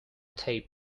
tape